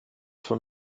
von